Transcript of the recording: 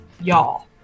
y'all